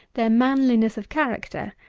their manliness of character,